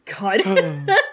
God